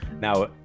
now